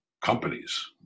companies